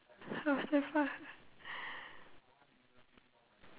what the fuck